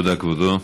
תודה, כבודו.